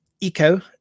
Eco